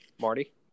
Marty